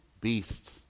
beasts